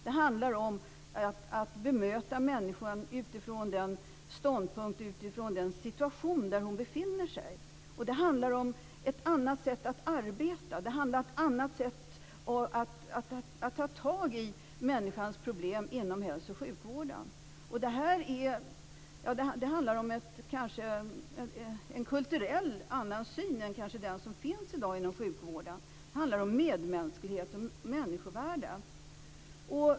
Det handlar om att bemöta människor utifrån den ståndpunkt och den situation där hon befinner sig. Det handlar om ett annat sätt att arbeta. Det handlar om ett annat sätt att ta tag i människors problem inom hälso och sjukvården. Det handlar om en annan kultursyn än den som i dag finns inom sjukvården. Det handlar om medmänsklighet och människovärde.